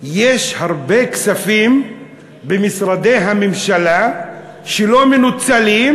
יש הרבה כספים במשרדי הממשלה שלא מנוצלים,